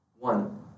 One